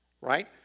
Right